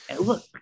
Look